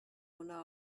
una